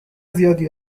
زیادی